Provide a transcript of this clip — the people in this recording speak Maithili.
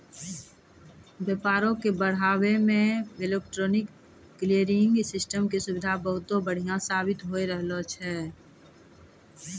व्यापारो के बढ़ाबै मे इलेक्ट्रॉनिक क्लियरिंग सिस्टम के सुविधा बहुते बढ़िया साबित होय रहलो छै